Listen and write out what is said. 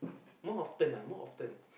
more often ah more often